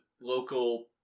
local